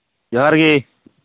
ᱡᱟᱦᱟᱨ ᱜᱤ